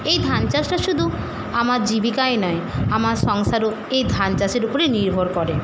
এই ধান চাষটা শুধু আমার জীবিকাই নয় আমার সংসারও এই ধান চাষের উপরেই নির্ভর করে